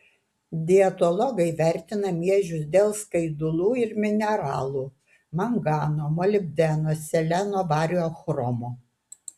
dietologai vertina miežius dėl skaidulų ir mineralų mangano molibdeno seleno vario chromo